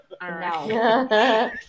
No